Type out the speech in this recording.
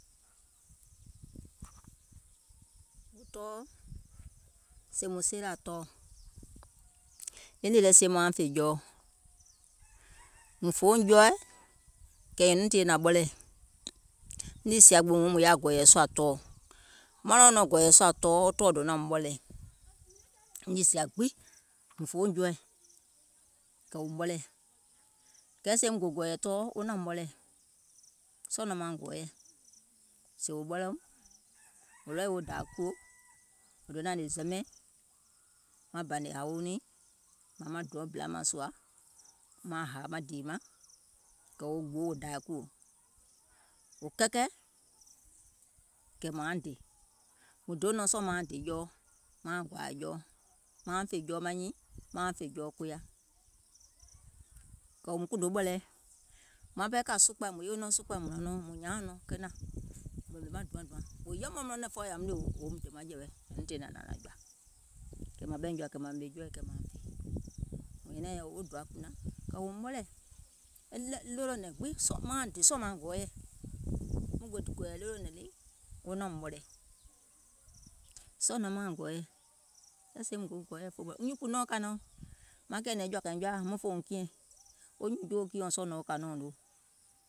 Wo tɔɔɔ̀, sèè mùŋ seelȧ tɔɔɔ̀ e nìì lɛ sie mauŋ fè jɔɔ, mùŋ fòuŋ jɔɔɛ̀, kɛ̀ nyìŋ nùuŋ tìyèe nȧŋ ɓɔlɛ̀ɛ̀, niì sìa gbiŋ mùŋ yaȧ gɔ̀ɔ̀yȧ sùȧ tɔɔɔ̀, maŋ nɔŋ nɔ̀ŋ gɔ̀ɔ̀yɛ̀ sùȧ tɔɔɔ̀ wo tɔɔɔ̀ donȧum ɓɔlɛ̀ɛ̀, niì sìa gbiŋ mùŋ fòuŋ jɔɔɛ̀ kɛ̀ wòum ɓɔlɛ̀ɛ̀, kɛɛ sèèùm gò gɔ̀ɔ̀yɛ̀ tɔɔɔ̀ wo naȧum ɓɔlɛ̀ɛ̀, sɔɔ̀ nɔŋ mauŋ gɔɔyɛ̀, sèè wò ɓɔlɛ̀ɛ̀ùm wò ready wo dȧȧ kùò wò donȧŋ hnè zɛmɛɛìŋ, maŋ bȧnè hȧweuŋ niìŋ maŋ drum bila mȧŋ sùȧ, maaŋ hȧȧ maŋ dèè maŋ kɛ̀ wòo gbuwo wò dȧȧ kùò, wò kɛkɛ̀, kɛ̀ mȧuŋ dè. Mùŋ deèuŋ nɔŋ sɔɔ̀ mauŋ dè jɔɔ, mauŋ vȧȧì jɔɔ, mauŋ fè jɔɔ maŋ nyiìŋ, mauŋ fè jɔɔ koya, kɛ̀ wòuŋ kùùnò ɓɔ̀lɛɛ, maŋ pɛɛ kȧ sukpȧi mùŋ yewoo nɔŋ mùŋ hnȧŋ mùŋ nyȧauŋ nɔŋ kenȧŋ wò hnȧŋ maŋ dùaŋ dùaŋ, wò yɛmɛ̀ùm nɔŋ nɛ̀ŋfooɔ̀ yȧùm ɗì wòum dè maŋjɛ̀wɛ nyɛ̀nuuŋ tìyèe naŋ jɔ̀ȧ, kɛ̀ mȧŋ ɓɛìŋ jɔ̀ȧ maŋ ɓèmè jɔɔ mȧuŋ fè, mùŋ nyɛ̀nɛùŋ yɛi wèè doa kpùnaŋ kɛ̀ wòum ɓɔlɛ̀ɛ̀. E ɗolònɛ̀ŋ gbiŋ mauŋ dè sɔɔ̀ mauŋ gɔɔyɛ̀, muŋ gò gɔ̀ɔ̀yɛ̀ ɗolònɛ̀ŋ lii wo naȧum ɓɔlɛ̀ɛ̀, sɔɔ̀ nɔŋ mauŋ gɔɔyɛ̀, sèè mùŋ gòuŋ gɔɔyɛ̀ nyuùnkpùnɔɔ̀ŋ kȧnɔ̀ɔŋ, maŋ kɛ̀ɛ̀nɛ̀ŋ jɔ̀ȧkȧiŋ jɔaȧ mùŋ kiɛ̀ŋ, wo nyuùŋ joo kiɛ̀uŋ sɔɔ̀ nɔŋ wo kȧ nɛ̀ɛ̀ùŋ noo.